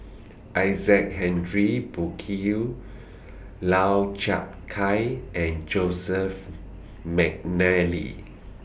Isaac Henry Burkill Lau Chiap Khai and Joseph Mcnally